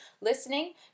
listening